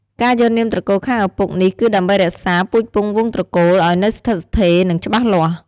ការយកនាមត្រកូលខាងឪពុកនេះ គឺដើម្បីរក្សា ពូជពង្សវង្សត្រកូលឲ្យនៅស្ថិតស្ថេរ និងច្បាស់លាស់។